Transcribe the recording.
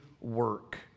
work